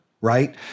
right